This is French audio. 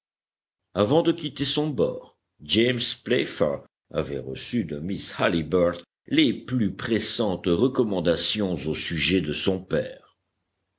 avant de quitter son bord james playfair avait reçu de miss halliburtt les plus pressantes recommandations au sujet de son père